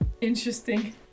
interesting